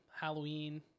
Halloween